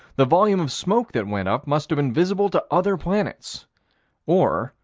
the volume of smoke that went up must have been visible to other planets or,